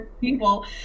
people